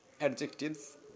adjectives